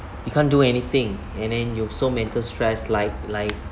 you can't do anything and then you so mental stress like like